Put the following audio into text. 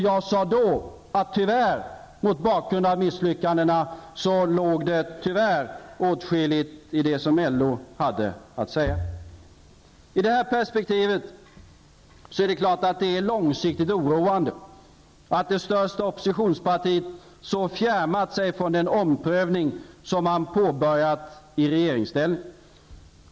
Jag sade då, att mot bakgrund av misslyckandena låg det tyvärr åtskilligt i det LO sade. I det här perspektivet är det långsiktigt oroande att det största oppositionspartiet så fjärmat sig från den omprövning man påbörjade i regeringsställning.